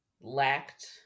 lacked